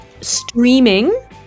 streaming